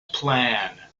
plan